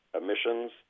emissions